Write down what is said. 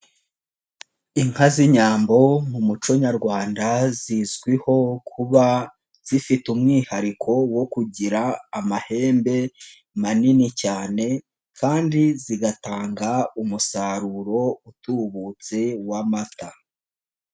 Inka z'Inyambo mu muco nyarwanda zizwiho kuba zifite umwihariko wo kugira amahembe manini cyane kandi zigatanga umusaruro utubutse w'amata.